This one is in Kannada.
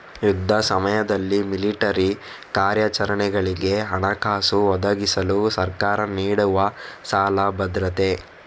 ಯುದ್ಧ ಸಮಯದಲ್ಲಿ ಮಿಲಿಟರಿ ಕಾರ್ಯಾಚರಣೆಗಳಿಗೆ ಹಣಕಾಸು ಒದಗಿಸಲು ಸರ್ಕಾರ ನೀಡುವ ಸಾಲ ಭದ್ರತೆ